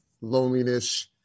loneliness